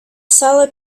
solid